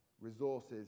resources